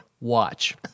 watch